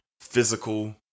physical